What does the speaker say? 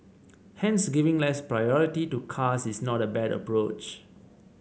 hence giving less priority to cars is not a bad approach